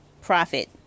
Profit